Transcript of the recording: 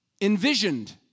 envisioned